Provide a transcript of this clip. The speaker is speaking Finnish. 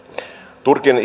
turkin